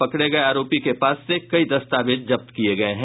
पकड़े गये आरोपी के पास से कई दस्तावेज जब्त किये गये हैं